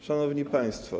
Szanowni Państwo!